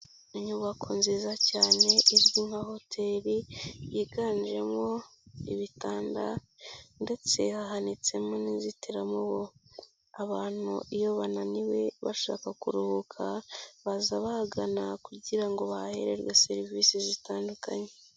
Inyubako nziza cyane izwi nka hoteri, yiganjemo ibitanda ndetse hahanitsemo n'inzitiramubu, abantu iyo bananiwe bashaka kuruhuka, baza bahagana kugira ngo bahahererwe serivisi zitandukanye.